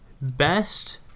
best